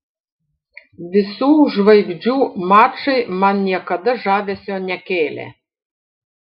visų žvaigždžių mačai man niekada žavesio nekėlė